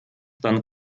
dann